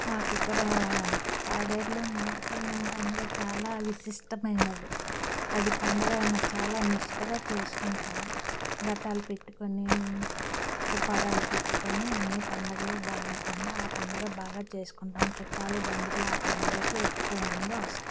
మాకు ఇక్కడ పాడేరులో మోదకండం పండుగ చాలా విశిష్టమైనది అది పండుగ అన్న చాలా నిష్టగా చేసుకుంటాము గట్టాలు పెట్టుకొని ఉపహారాలు పెట్టుకొని అన్ని పండుగలు బాకంగా ఆ పండగ బాగా చేసుకుంటాం చుట్టాలు బంధువులు ఆ పండుగలకే ఎక్కువ మంది వస్తారు